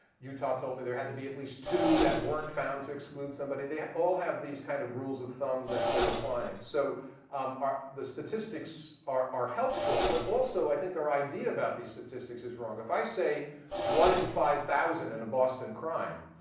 utah told me there had to be at least two that weren't found to exclude somebody. they all have these kind of rules of thumb that they're applying. so um the statistics are helpful. but also, i think our idea about these statistics is wrong. if i say one in five thousand in a boston crime,